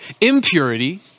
Impurity